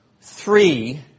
three